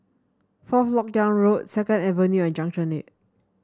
Fourth LoK Yang Road Second Avenue and Junction Eight